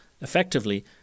effectively